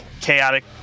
chaotic